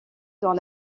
dans